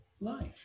life